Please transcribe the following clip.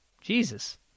Jesus